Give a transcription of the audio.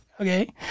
okay